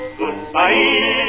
goodbye